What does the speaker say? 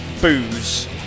booze